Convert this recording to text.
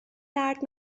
درد